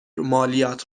مالیات